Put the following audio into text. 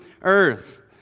earth